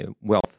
Wealth